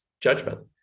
judgment